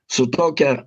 su tokia